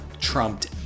trumped